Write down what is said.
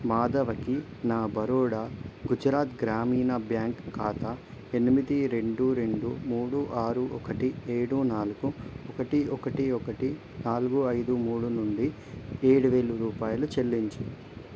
మాధవకి నా బరోడా గుజరాత్ గ్రామీణ బ్యాంక్ ఖాతా ఎనిమిది రెండు రెండు మూడు ఆరు ఒకటి ఏడు నాలుగు ఒకటి ఒకటి ఒకటి నాలుగు ఐదు మూడు నుండి ఏడు వేలు రూపాయలు చెల్లించు